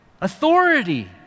Authority